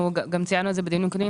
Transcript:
אנחנו ציינו את זה בדיונים הקודמים,